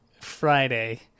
Friday